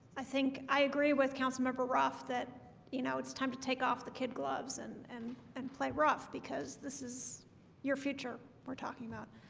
i think i agree with councilmember ruff that you know it's time to take off the kid gloves and and and play rough because this is your future we're talking about